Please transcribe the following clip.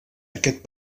aquest